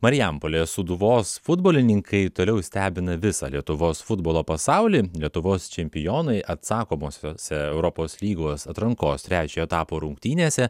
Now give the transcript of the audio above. marijampolės sūduvos futbolininkai toliau stebina visą lietuvos futbolo pasaulį lietuvos čempionai atsakomosiose europos lygos atrankos trečiojo etapo rungtynėse